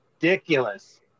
ridiculous